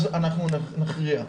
אז נכריע.